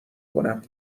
کنم